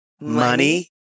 Money